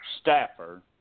staffer